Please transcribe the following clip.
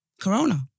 Corona